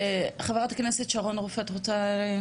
חה"כ שרון רופא אופיר, את רוצה לדבר?